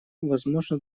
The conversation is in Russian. возможно